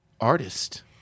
artist